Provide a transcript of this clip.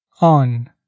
on